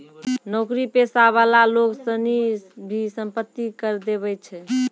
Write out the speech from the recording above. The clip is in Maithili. नौकरी पेशा वाला लोग सनी भी सम्पत्ति कर देवै छै